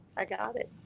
i got it.